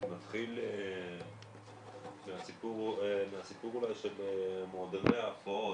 נתחיל מהסיפור של מועדוני ההופעות,